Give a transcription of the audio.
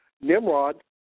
Nimrod